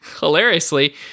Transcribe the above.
hilariously